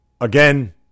again